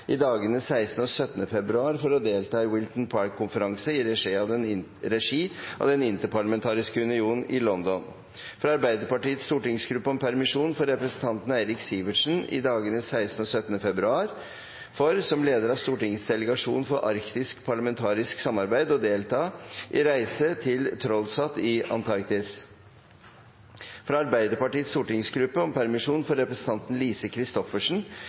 i dagene 16. og 17. februar for å delta i Wilton Park-konferanse i regi av Den interparlamentariske union i London fra Arbeiderpartiets stortingsgruppe om permisjon for representanten Eirik Sivertsen i dagene 16. og 17. februar for, som leder av Stortingets delegasjon for arktisk parlamentarisk samarbeid, å delta i reise til TrollSat i Antarktis fra Arbeiderpartiets stortingsgruppe om permisjon for representanten Lise Christoffersen